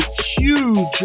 huge